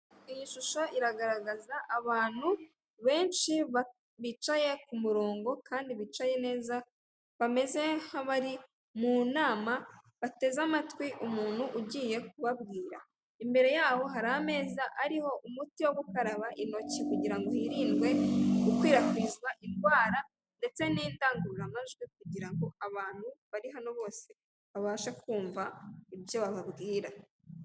Iyi shusho iragaragaza abantu benshi bicaye ku murongo kandi bicaye neza bameze nk'abari mu nama, bateze amatwi umuntu ugiye kubabwira imbere yaho hari ameza ariho umuti wo gukaraba intoki kugira ngo hirindwe gukwirakwizwa indwara ndetse n'indangururamajwi kugira ngo abantu bari hano bose babashe kumva ibyo bababwira.